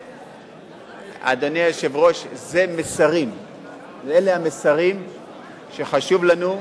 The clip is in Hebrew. אדוני היושב-ראש, אלה המסרים שחשוב לנו,